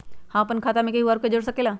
अपन खाता मे केहु आर के जोड़ सके ला?